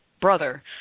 brother